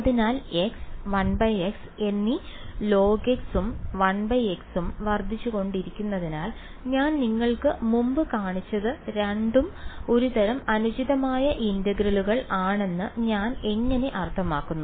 അതിനാൽ x 1x എന്നീ log x ഉം 1x ഉം വർദ്ധിച്ചുകൊണ്ടിരിക്കുന്നതിനാൽ ഞാൻ നിങ്ങൾക്ക് മുമ്പ് കാണിച്ചത് രണ്ടും ഒരുതരം അനുചിതമായ ഇന്റഗ്രലുകൾ ആണെന്ന് ഞാൻ എങ്ങനെ അർത്ഥമാക്കുന്നു